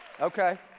Okay